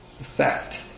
effect